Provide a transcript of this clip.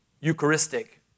Eucharistic